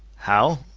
how?